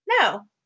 No